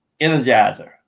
energizer